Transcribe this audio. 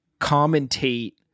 commentate